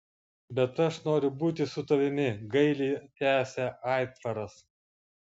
bet aš noriu būti su tavimi gailiai tęsė aitvaras